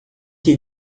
que